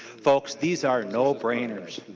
folks these are no-brainers.